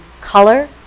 color